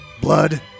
blood